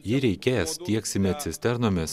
jei reikės tieksime cisternomis